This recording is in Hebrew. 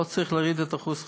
לא צריך להוריד את אחוז החסימה.